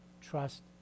trust